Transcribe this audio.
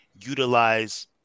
utilize